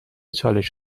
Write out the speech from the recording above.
چالش